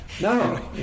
No